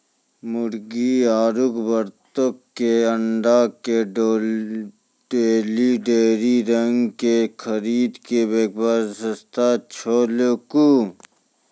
मुर्गी आरु बत्तक के अंडा के लेली डेयरी रंग के खरीद के व्यवस्था छै कि?